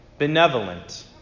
benevolent